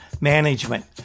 management